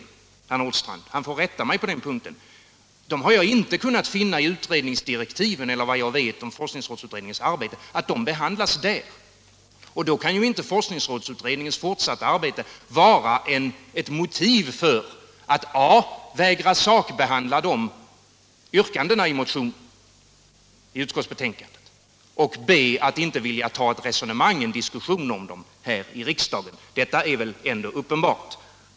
Jag har inte kunnat finna att de här frågeställningarna tas upp i utredningsdirektiven eller i det som jag känner till av forskningsrådsutredningens arbete, herr Nordstrandh. Rätta mig på den punkten om jag har fel. Om jag har rätt kan inte forskningsrådsutredningens fortsatta arbete vara ett motiv för att a) vägra sakbehandla motionsyrkandena i utskottsbetänkandet och b) inte vilja ta en diskussion om dem här i kammaren? Det är väl ändå uppenbart!